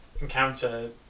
encounter